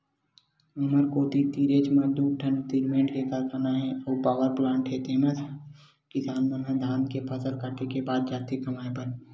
हमर कोती तीरेच म दू ठीन सिरमेंट के कारखाना हे अउ पावरप्लांट हे तेंमा सब किसान मन ह धान के फसल काटे के बाद जाथे कमाए बर